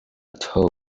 joe